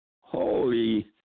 Holy